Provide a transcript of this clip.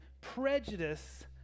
prejudice